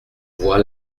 voix